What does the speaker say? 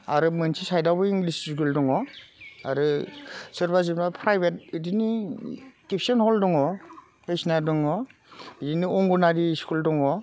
आरो मोनसे साइडआवबो इंलिस स्कुल दङ आरो सोरबा सोरबा प्राइभेट बिदिनो टिउसन हल दङ बायदिसिना दङ बिदिनो अंगनबादि स्कुल दङ